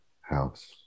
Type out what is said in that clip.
house